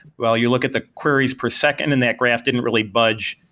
well, you look at the queries per second and that graph didn't really budge,